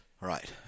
right